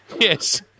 Yes